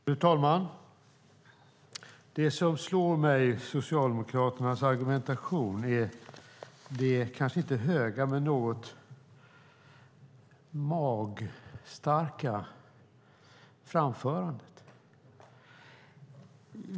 Fru talman! Det som slår mig i Socialdemokraternas argumentation är det kanske inte höga men något magstarka framförandet.